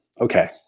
Okay